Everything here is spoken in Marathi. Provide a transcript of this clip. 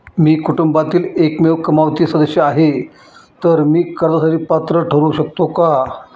मी कुटुंबातील एकमेव कमावती सदस्य आहे, तर मी कर्जासाठी पात्र ठरु शकतो का?